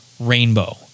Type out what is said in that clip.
Rainbow